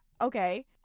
Okay